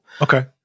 Okay